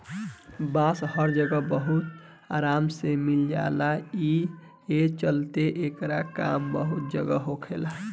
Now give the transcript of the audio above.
बांस हर जगह बहुत आराम से मिल जाला, ए चलते एकर काम बहुते जगह होखेला